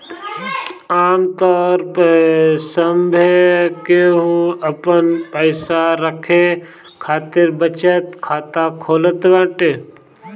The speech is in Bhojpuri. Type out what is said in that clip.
आमतौर पअ सभे केहू आपन पईसा रखे खातिर बचत खाता खोलत बाटे